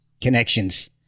connections